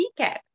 recap